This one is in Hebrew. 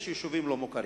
יש יישובים לא-מוכרים.